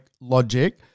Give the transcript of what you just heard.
logic